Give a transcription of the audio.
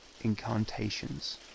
incantations